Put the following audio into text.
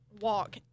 walk